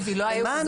ומה הנתונים.